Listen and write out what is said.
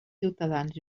ciutadans